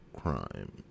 crime